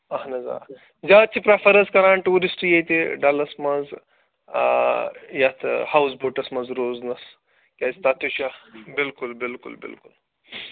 اَہَن حظ آ زیادٕ چھِ پرٛٮ۪فَر حظ کران ٹوٗرِسٹ ییٚتہِ ڈَلَس منٛز یَتھ ہاوُس بوٹَس منٛز روزنَس کیٛازِ تَتھ تہِ چھُ بِلکُل بِلکُل بِلکُل